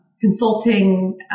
consulting